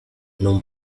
non